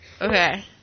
Okay